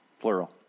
Plural